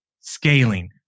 scaling